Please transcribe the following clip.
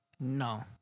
No